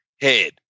head